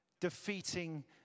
Defeating